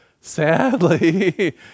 sadly